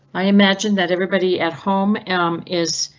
i imagine that everybody at home is.